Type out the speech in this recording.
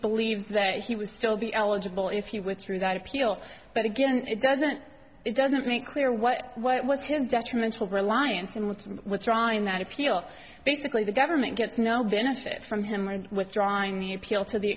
believes that he was still be eligible if you were through that appeal but again it doesn't it doesn't make clear what what was his detrimental reliance and what withdrawing that appeal basically the government gets no benefit from withdrawing the appeal to the